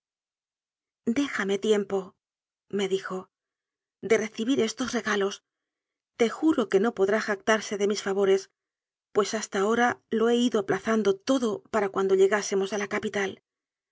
déjame tiempome dijode recibir estos regalos te juro que no po drá jactarse de mis favores pues hasta ahora lo he ido aplazando todo para cuando llegásemos a la capital